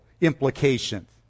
implications